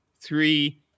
three